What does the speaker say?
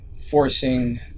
forcing